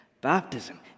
baptism